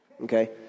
Okay